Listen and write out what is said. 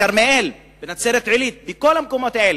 בכרמיאל, בנצרת-עילית, בכל המקומות האלה.